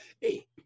Hey